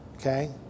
Okay